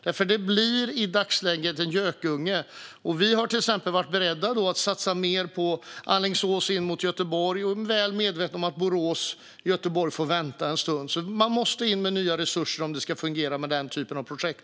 I dagsläget blir det annars en gökunge, och vi har till exempel varit beredda att satsa mer på Alingsås in mot Göteborg, väl medvetna om att Borås-Göteborg får vänta en stund. Man måste in med nya resurser om det ska fungera med den typen av projekt.